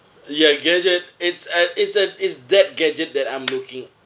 ya gadget it's uh it's a it's that gadget that I'm looking